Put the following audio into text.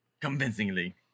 convincingly